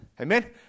Amen